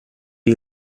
qui